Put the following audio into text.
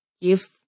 gifts